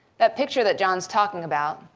that picture that jon's talking about,